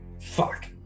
Fuck